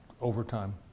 overtime